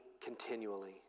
continually